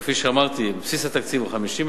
אבל כפי שאמרתי, בסיס התקציב הוא 50 מיליון,